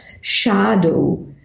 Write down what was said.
shadow